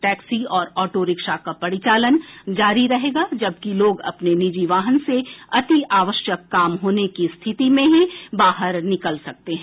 taxi और auto rickshaw का परिचालन जारी रहेगा जबकि लोग अपने निजी वाहन से अति आवश्यक काम होने की स्थिति में ही बाहर निकल सकते हैं